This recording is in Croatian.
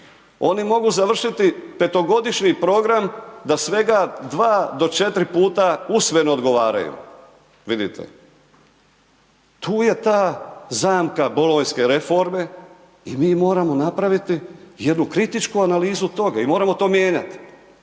Oni mogu završiti petogodišnji program da svega 2 do 4 usmeno odgovaraju, vidite. Tu je ta zamka bolonjske reforme i mi moramo napraviti jednu kritičku analizu toga i moramo to mijenjati.